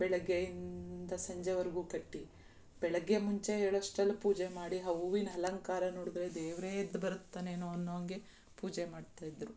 ಬೆಳಗ್ಗೆಯಿಂದ ಸಂಜೆವರೆಗೂ ಕಟ್ಟಿ ಬೆಳಗ್ಗೆ ಮುಂಚೆ ಏಳೋ ಅಷ್ಟ್ರಲ್ಲಿ ಪೂಜೆ ಮಾಡಿ ಆ ಹೂವಿನ ಅಲಂಕಾರ ನೋಡಿದ್ರೆ ದೇವರೇ ಎದ್ದು ಬರ್ತಾನೇನೋ ಅನ್ನುವಂಗೆ ಪೂಜೆ ಮಾಡ್ತಾ ಇದ್ದರು